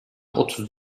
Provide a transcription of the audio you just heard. otuz